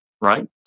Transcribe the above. right